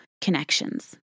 connections